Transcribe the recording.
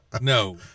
no